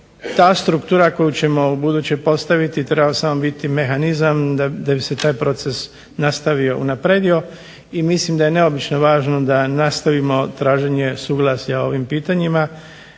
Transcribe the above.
Ta struktura koju ćemo ubuduće postaviti treba samo biti mehanizam da bi se taj proces nastavio i unapredio i mislim da je neobično važno da nastavimo traženje suglasja ovim pitanjima,